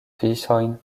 fiŝojn